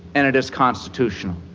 and it is constitutional.